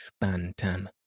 bantam